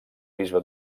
bisbe